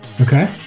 okay